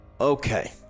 Okay